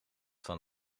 van